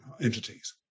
entities